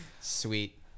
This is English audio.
Sweet